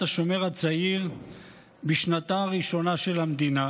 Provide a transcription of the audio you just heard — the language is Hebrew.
השומר הצעיר בשנתה הראשונה של המדינה,